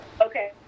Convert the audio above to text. Okay